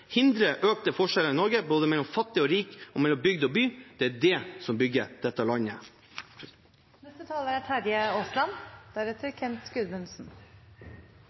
hindre økte forskjeller i Norge, både mellom fattig og rik og mellom bygd og by. Det er det som bygger dette landet.